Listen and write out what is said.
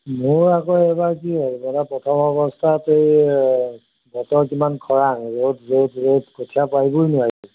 মোৰ আকৌ এইবাৰ কি হ'ল মানে প্ৰথম অৱস্থাত এই বতৰ কিমান খৰাং ৰ'দ ৰ'দ ৰ'দ কঠীয়া পাৰিবই নোৱাৰি